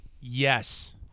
Yes